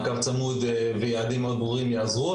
מעקב צמוד ויעדים מאוד ברורים יעזרו,